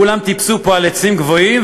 כולם טיפסו פה על עצים גבוהים,